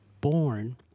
born